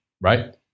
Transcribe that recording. Right